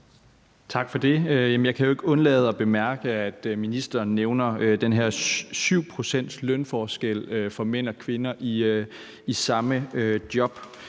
Tak for det. Jeg kan ikke undlade at bemærke, at ministeren nævner den her 7-procentslønforskel mellem mænd og kvinder i de samme jobs,